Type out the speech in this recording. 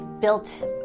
built